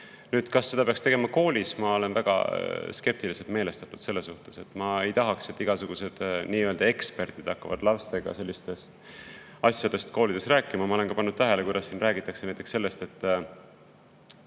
Kas seda peaks tegema koolis? Ma olen väga skeptiliselt meelestatud selle suhtes. Ma ei tahaks, et igasugused nii-öelda eksperdid hakkavad lastega sellistest asjadest koolis rääkima. Ma olen pannud tähele, kuidas siin räägitakse näiteks